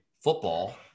football